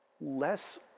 less